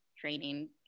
training